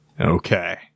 Okay